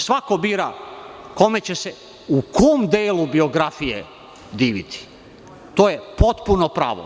Svako bira kome će se u kom delu biografije diviti, to je potpuno pravo.